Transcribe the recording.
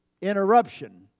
interruption